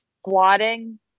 squatting